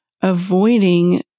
avoiding